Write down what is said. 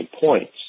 points